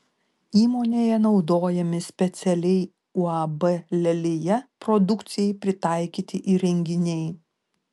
įmonėje naudojami specialiai uab lelija produkcijai pritaikyti įrenginiai